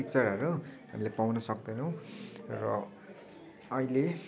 पिक्चरहरू हामीले पाउन सक्दैनौँ र अहिले